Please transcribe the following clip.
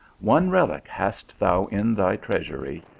one relique hast thou in thy treasury,